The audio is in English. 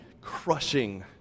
crushing